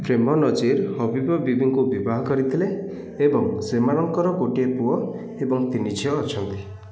ପ୍ରେମ ନଜିର୍ ହବିବା ବୀବୀଙ୍କୁ ବିବାହ କରିଥିଲେ ଏବଂ ସେମାନଙ୍କର ଗୋଟିଏ ପୁଅ ଏବଂ ତିନି ଝିଅ ଅଛନ୍ତି